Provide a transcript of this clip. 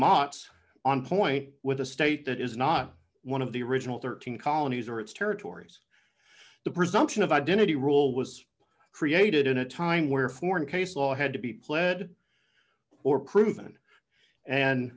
mots on point with a state that is not one of the original thirteen colonies or its territories the presumption of identity rule was created in a time where foreign case law had to be pled or proven and